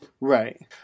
Right